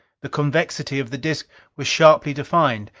the convexity of the disc was sharply defined.